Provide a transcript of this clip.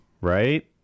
right